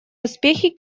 успехи